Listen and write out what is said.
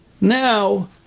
now